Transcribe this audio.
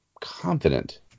confident